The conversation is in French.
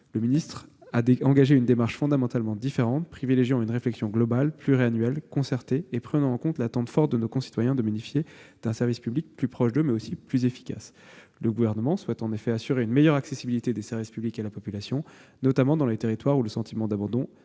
publics a engagé une démarche fondamentalement différente, privilégiant une réflexion globale, pluriannuelle, concertée et prenant en compte l'attente forte de nos concitoyens de bénéficier d'un service public plus proche d'eux, mais aussi plus efficace. Le Gouvernement souhaite en effet assurer une meilleure accessibilité des services publics à la population, notamment dans les territoires où le sentiment d'abandon